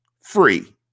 free